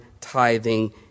tithing